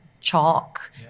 chalk